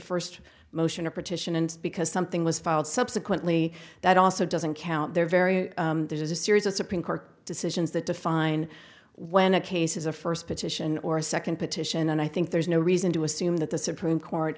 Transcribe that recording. first motion or petition and because something was filed subsequently that also doesn't count there very there's a series of supreme court decisions that define when a case is a first petition or a second petition and i think there's no reason to assume that the supreme court